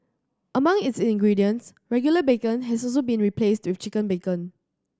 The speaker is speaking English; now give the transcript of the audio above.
among its ingredients regular bacon has also been replaced with chicken bacon